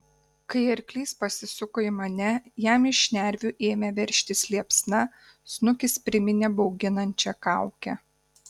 kai arklys pasisuko į mane jam iš šnervių ėmė veržtis liepsna snukis priminė bauginančią kaukę